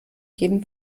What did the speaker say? jeden